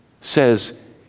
says